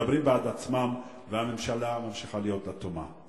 מדברים בעד עצמם והממשלה ממשיכה להיות אטומה.